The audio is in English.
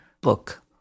book